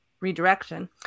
Redirection